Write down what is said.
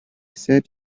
sat